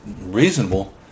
reasonable